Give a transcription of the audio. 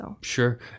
Sure